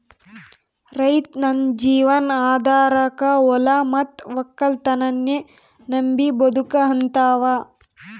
ರೈತ್ ತನ್ನ ಜೀವನ್ ಆಧಾರಕಾ ಹೊಲಾ ಮತ್ತ್ ವಕ್ಕಲತನನ್ನೇ ನಂಬಿ ಬದುಕಹಂತಾವ